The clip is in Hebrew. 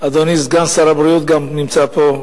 אדוני סגן שר הבריאות גם נמצא פה,